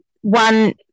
one